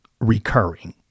recurring